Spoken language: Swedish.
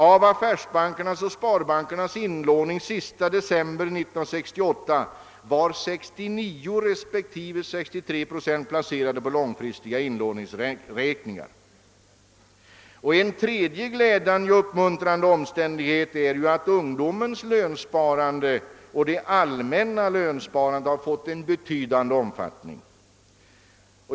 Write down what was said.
Av affärsbankernas och sparbankernas inlåning den 31 december 1968 var 69 respektive 63 procent placerade på långfristiga inlåningsräkningar. En tredje glädjande och uppmuntrande omständighet är att ungdomens lönsparande och det allmänna lönsparandet fått en betydande omfattning.